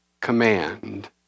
command